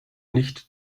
nicht